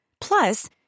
Plus